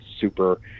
super